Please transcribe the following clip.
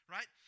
Right